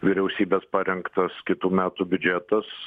vyriausybės parengtos kitų metų biudžetas